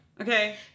Okay